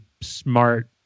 smart